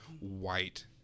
white